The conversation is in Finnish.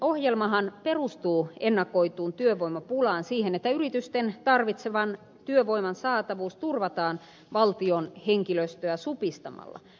tuottavuusohjelmahan perustuu ennakoituun työvoimapulaan siihen että yritysten tarvitseman työvoiman saatavuus turvataan valtion henkilöstöä supistamalla